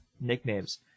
nicknames